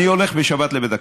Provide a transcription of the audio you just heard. אני הולך בשבת לבית הכנסת,